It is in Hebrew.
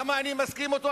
כמה אני מסכים אתו?